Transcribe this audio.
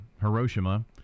Hiroshima